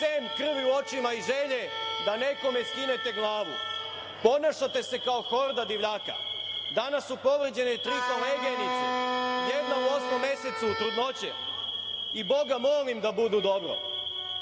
sem krvi u očima i želje da nekome skinete glavu. Ponašate se kao horda divljaka. Danas su povređene tri koleginice, jedna u osmom mesecu trudnoće i Boga molim da budu dobro. Osetio